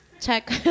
Check